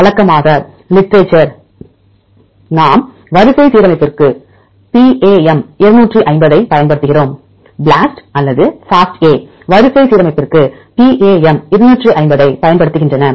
வழக்கமாக லிட்ரேச்சர் நாம் வரிசை சீரமைப்புக்கு பிஏஎம் 250 ஐப் பயன்படுத்துகிறோம் பிளாஸ்ட் அல்லது ஃபாஸ்ட் ஏ வரிசை சீரமைப்புக்கு பிஏஎம் 250 ஐப் பயன்படுத்துகின்றன